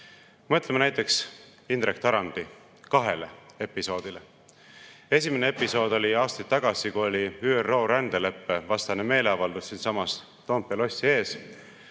mustrid. Mõtleme näiteks Indrek Tarandi kahele episoodile. Esimene episood oli aastaid tagasi, kui oli ÜRO rändeleppe vastane meeleavaldus siinsamas Toompea lossi ees.